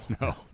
no